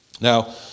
Now